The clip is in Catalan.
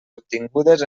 obtingudes